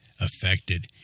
affected